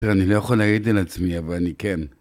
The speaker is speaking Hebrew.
ואני לא יכול להעיד על עצמי, אבל אני כן.